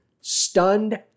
stunned